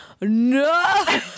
No